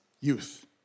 youth